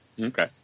Okay